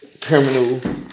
criminal